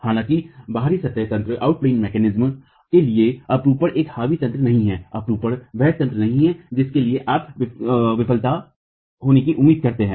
हालांकि बहरी सतह तंत्र के लिए अपरूपण एक हावी तंत्र नहीं है अपरूपण वह तंत्र नहीं है जिसके लिए आप विफलता होने की उम्मीद करते हैं